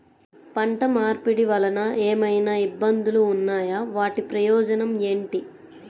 పంట మార్పిడి వలన ఏమయినా ఇబ్బందులు ఉన్నాయా వాటి ప్రయోజనం ఏంటి?